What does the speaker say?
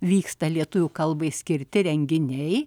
vyksta lietuvių kalbai skirti renginiai